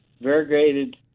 variegated